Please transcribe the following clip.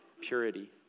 purity